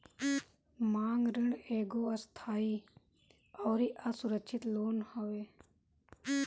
मांग ऋण एगो अस्थाई अउरी असुरक्षित लोन होत हवे